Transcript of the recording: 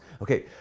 Okay